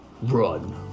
Run